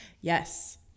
Yes